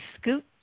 scoot